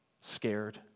scared